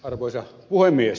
arvoisa puhemies